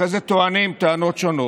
ואחרי זה טוענים טענות שונות.